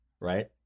right